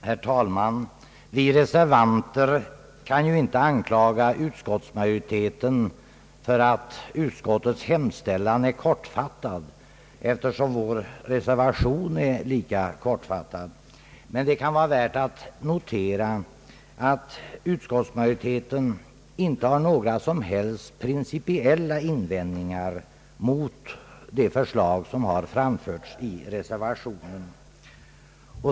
Herr talman! Vi reservanter kan inte anklaga utskottsmajoriteten för ati utskottets hemställan är kortfattad, efter som vår reservation är lika kortfattad. Men det kan vara värt att notera att utskottsmajoriteten inte har några som helst principiella invändningar mot det förslag som har framförts i reservationen.